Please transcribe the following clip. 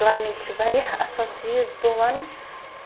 gardening چھِ واریاہ اَصٕل چیٖز بہٕ وَنہٕ